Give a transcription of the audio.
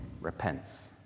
repents